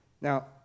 Now